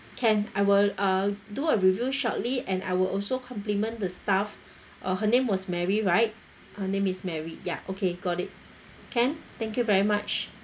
can I will uh do a review shortly and I will also compliment the staff uh her name was mary right her name is mary ya okay got it can thank you very much